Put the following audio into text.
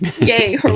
Yay